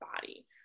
body